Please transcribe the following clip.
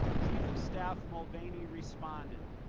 chief of staff mulvaney responded.